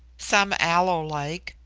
some aloe-like,